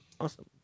Awesome